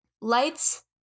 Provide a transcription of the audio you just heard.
lights